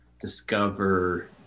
discover